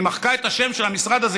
היא מחקה את השם של המשרד הזה,